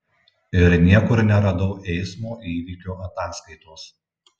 ir niekur neradau eismo įvykio ataskaitos